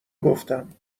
گفتم